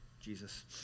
Jesus